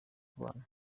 kubana